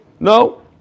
No